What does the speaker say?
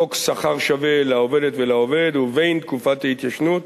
חוק שכר שווה לעובדת ולעובד ובין תקופת ההתיישנות